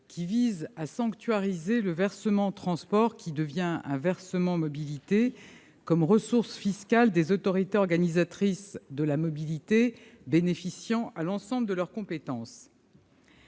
article sanctuarise le versement transport, qui devient un versement mobilité, comme ressource fiscale des autorités organisatrices de la mobilité, bénéficiant à l'ensemble des compétences